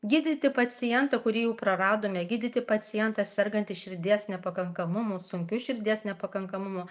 gydyti pacientą kurį jau praradome gydyti pacientą sergantį širdies nepakankamumu sunkiu širdies nepakankamumu